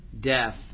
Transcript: death